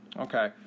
Okay